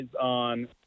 on